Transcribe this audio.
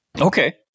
Okay